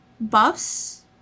buffs